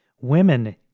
Women